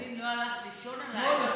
יריב לוין לא הלך לישון הלילה.